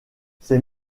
ces